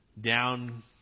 down